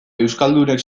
euskaldunek